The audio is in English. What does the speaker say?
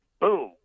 boom